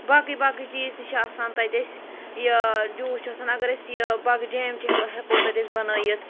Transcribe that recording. باقٕے باقٕے چیٖز تہِ چھِ آسان تَتہِ اَسہِ یہِ جوٗس چھُ آسان اگر أسۍ یہِ باقٕے جیم تہِ ہٮ۪کو تَتہِ أسۍ بَنٲیِتھ